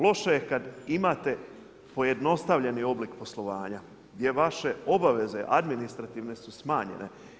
Loše je kad imate pojednostavljeni oblik poslovanja gdje vaše obaveze administrativne su smanjene.